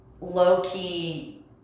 low-key